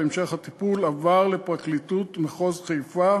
והמשך הטיפול עבר לפרקליטות מחוז חיפה,